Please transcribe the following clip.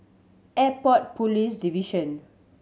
Airport Police Division